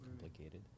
complicated